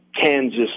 Kansas